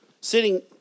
sitting